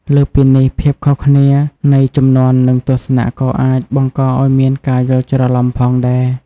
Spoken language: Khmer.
លើសពីនេះ ភាពខុសគ្នានៃជំនាន់ និងទស្សនៈ ក៏អាចបង្កឱ្យមានការយល់ច្រឡំផងដែរ។